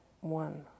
one